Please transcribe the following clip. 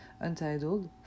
untitled